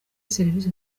serivisi